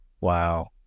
wow